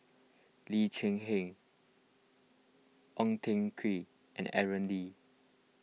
Lee Cheng Ong Tiong Khiam and Aaron Lee